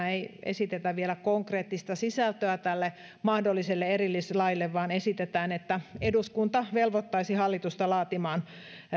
ei esitetä vielä konkreettista sisältöä tälle mahdolliselle erillislaille vaan esitetään että eduskunta velvoittaisi hallitusta laatimaan